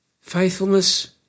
Faithfulness